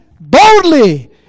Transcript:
boldly